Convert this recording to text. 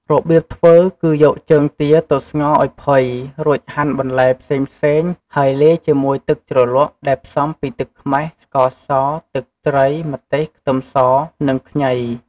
របៀបធ្វើគឺយកជើងទាទៅស្ងោរឱ្យផុយ រួចហាន់បន្លែផ្សេងៗ ហើយលាយជាមួយទឹកជ្រក់ដែលផ្សំពីទឹកខ្មេះ, ស្ករស, ទឹកត្រី, ម្ទេស, ខ្ទឹមស និងខ្ញី។